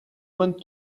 went